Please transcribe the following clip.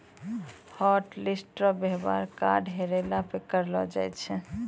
hotlist रो वेवहार card हेरैला पर करलो जाय छै